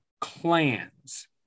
clans